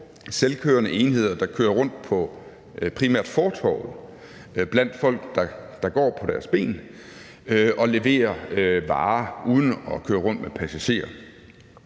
selvkørende enheder, der kører rundt på primært fortove – blandt folk, der går på deres ben – og leverer varer uden at køre rundt med passagerer.